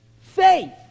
faith